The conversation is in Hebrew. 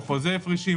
או לחוזה הפרשים,